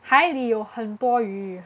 海里有很多鱼